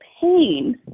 pain